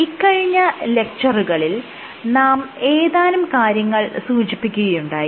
ഇക്കഴിഞ്ഞ ലെക്ച്ചറുകളിൽ നാം ഏതാനും കാര്യങ്ങൾ സൂചിപ്പിക്കുകയുണ്ടായി